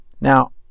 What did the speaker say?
Now